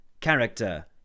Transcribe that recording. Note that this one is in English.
character